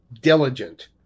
diligent